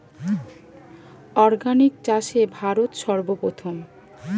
organic চাষে ভারত সর্বপ্রথম